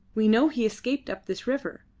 we know he escaped up this river.